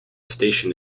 station